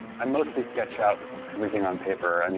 i mostly sketched out everything on paper, i mean